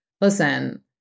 listen